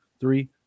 three